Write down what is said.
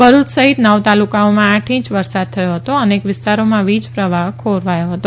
ભરૂય સફીત નવ તાલુકાઓમાં આઠ ઇંચ વરસાદ થયો હતો અનેક વિસ્તારોમાં વીજ પ્રવાહ્ ખોરવાયો હતો